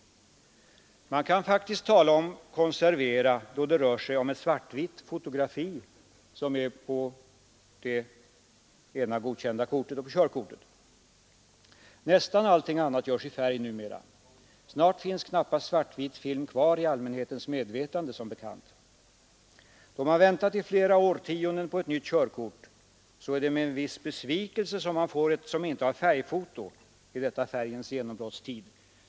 Man kan faktiskt tala om konservera, då det rör sig om ett svart-vitt fotografi, såsom fallet är på det ena godkända kortet och på körkortet. Nästan allting annat görs i färg numera. Snart finns, som bekant, knappast svart-vit film kvar i allmänhetens medvetande. Då man väntat i flera årtionden på ett nytt körkort är det med en viss besvikelse som man får ett kort som inte har färgfoto, i denna färgens genombrottstid.